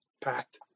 packed